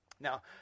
Now